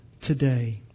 today